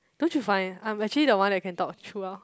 don't you find I'm actually the one that can talk throughout